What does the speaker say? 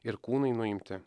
ir kūnai nuimti